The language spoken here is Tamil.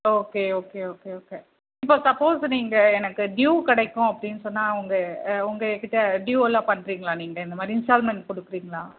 ஓகே ஓகே ஓகே ஓகே இப்போது சப்போஸ் நீங்கள் எனக்கு டியூ கிடைக்கும் அப்படீன்னு சொன்னால் உங்கள் உங்கள் கிட்ட டியூ எல்லாம் பண்ணுறீங்களா நீங்கள் இந்த மாதிரி இன்ஸ்டால்மன்ட் கொடுக்குறீங்களா